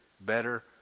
better